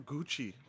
Gucci